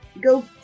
go